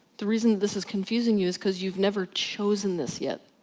the reason this is confusing you is because you've never chosen this yet.